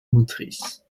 motrice